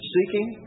Seeking